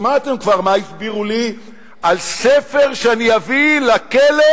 שמעתם כבר מה הסבירו לי על ספר שאני אביא לכלא,